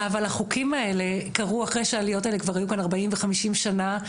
אבל החוקים האלה קרו אחרי שהעליות האלה היו כאן כבר 40 ו-50 שנה,